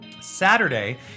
Saturday